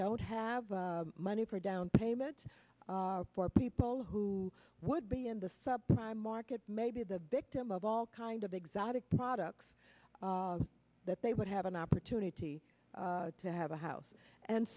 don't have money for a down payment for people who would be in the subprime market maybe the victim of all kind of exotic products that they would have an opportunity to have a house and